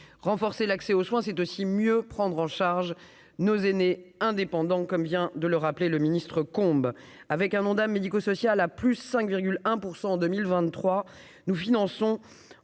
renforcer l'accès aux soins, c'est aussi mieux prendre en charge nos aînés indépendants comme vient de le rappeler, le ministre Combe avec un Ondam médico-social à plus 5 1 % en 2023, nous finançons